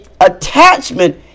attachment